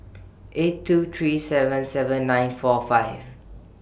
eight two three seven seven nine four five